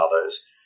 others